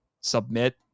submit